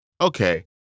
Okay